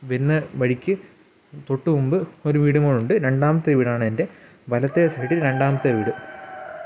വിന്നെ വഴിക്ക് തൊട്ടു മുമ്പ് ഒരു വീടും കൂടിയുണ്ട് രണ്ടാമത്തെ വീടാണ് എന്റെ വലത്തേ സൈഡിൽ രണ്ടാമത്തെ വീട്